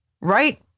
Right